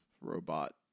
robot